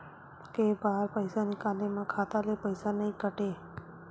के बार पईसा निकले मा खाता ले पईसा नई काटे?